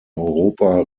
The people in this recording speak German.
europa